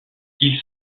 ils